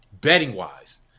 betting-wise